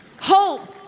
Hope